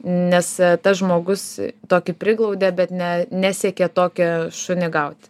nes tas žmogus tokį priglaudė bet ne nesiekė tokią šunį gauti